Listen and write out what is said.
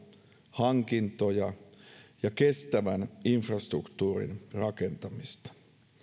hankintoja ja kestävän infrastruktuurin rakentamista